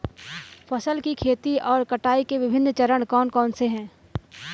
फसल की खेती और कटाई के विभिन्न चरण कौन कौनसे हैं?